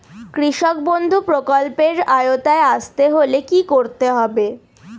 কৃষকবন্ধু প্রকল্প এর আওতায় আসতে হলে কি করতে হবে?